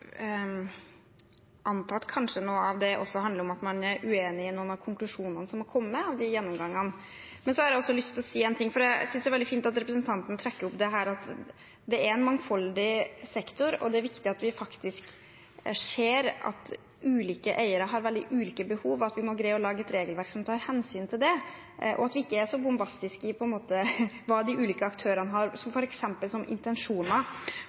noe av dette kanskje handler om at man er uenig i noen av konklusjonene som har kommet som følge av de gjennomgangene. Jeg synes det er veldig fint at representanten trekker opp at det er en mangfoldig sektor, og at det er viktig at vi ser at ulike eiere har veldig ulike behov, og at vi må greie å lage et regelverk som tar hensyn til det, og ikke er så bombastiske når det gjelder f.eks. hvilke intensjoner de ulike aktørene har. Noe jeg ikke rakk å si i mitt innlegg, og som